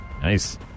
nice